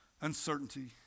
uncertainty